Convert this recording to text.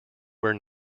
where